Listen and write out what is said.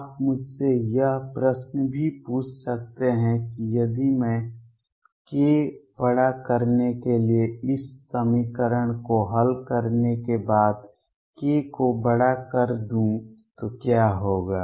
आप मुझसे यह प्रश्न भी पूछ सकते हैं कि यदि मैं k बड़ा करने के लिए इस समीकरण को हल करने के बाद k को बड़ा कर दूं तो क्या होगा